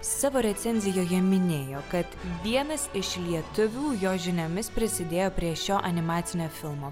savo recenzijoje minėjo kad vienas iš lietuvių jo žiniomis prisidėjo prie šio animacinio filmo